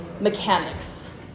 mechanics